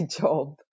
job